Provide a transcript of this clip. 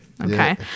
okay